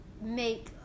make